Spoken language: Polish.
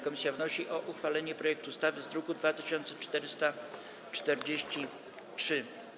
Komisja wnosi o uchwalenie projektu ustawy z druku nr 2443.